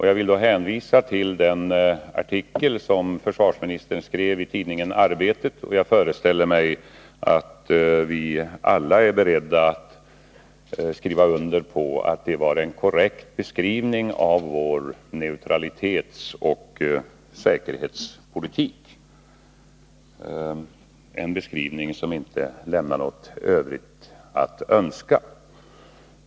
Jag hänvisar till den artikel som försvarsministern skrev i tidningen Arbetet, och jag föreställer mig att vi alla är beredda att skriva under på att det var en korrekt beskrivning av vår neutralitetsoch säkerhetspolitik, en beskrivning som inte lämnar något Övrigt att önska.